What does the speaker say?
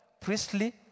priestly